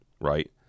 right